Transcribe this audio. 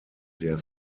der